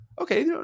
Okay